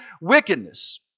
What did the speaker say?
wickedness